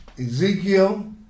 Ezekiel